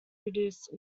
produced